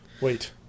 Wait